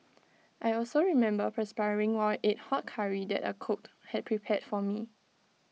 I also remember perspiring while ate hot Curry that A cook had prepared for me